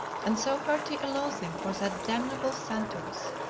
and so hearty a loathing for that damnable santos.